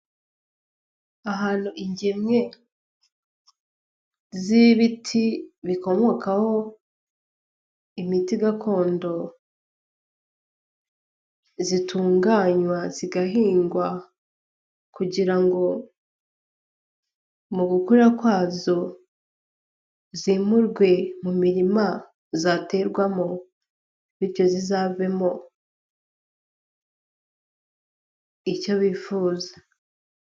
Ahantu ingemwe z'ibiti bikomokaho imiti gakondo zitunganywa zigahingwa, kugira ngo mu gukura kwazo zimurwe mu mirima zaterwamo bityo zizavemo icyo bifuza.